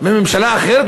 מממשלה אחרת?